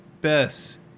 Bess